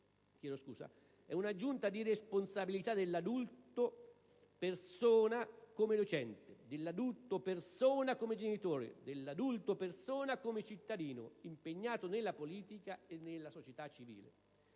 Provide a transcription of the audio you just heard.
è un'aggiunta di responsabilità dell'adulto persona come docente, dell'adulto persona come genitore, dell'adulto persona come cittadino impegnato nella politica e nella società civile.